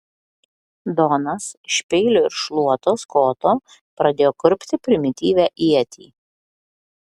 donas iš peilio ir šluotos koto pradėjo kurpti primityvią ietį